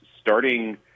starting